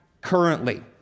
currently